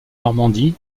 normandie